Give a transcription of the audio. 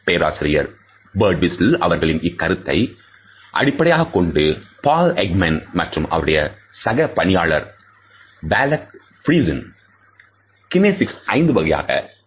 பேராசிரியர் பர்டுவிஸ்டல் அவர்களின் இக்கருத்தை அடிப்படையாகக் கொண்டு Paul Ekman மற்றும் அவருடைய சக பணியாளர் Wallace Friesen கினேசிக்ஸ் ஐந்து வகைகளாகப் பிரிக்கின்றனர்